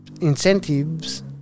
incentives